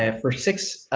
and for six,